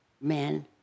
men